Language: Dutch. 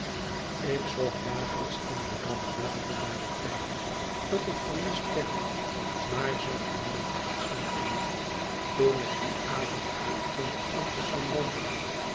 ik zocht dagelijks in de dagbladen naar de tijding dat ik vermist werd maar zag er nooit iets van in toen ik dien avond uitging om te gaan wandelen